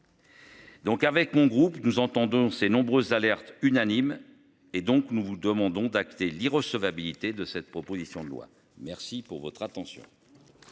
Donc avec mon groupe nous entendons ces nombreuses alertes unanime et donc nous vous demandons d'acter l'irrecevabilité de cette proposition de loi. Merci pour votre attention.